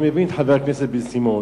אני מבין את חבר הכנסת בן-סימון,